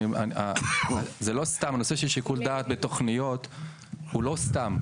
הנושא של שיקול דעת בתוכניות הוא לא סתם.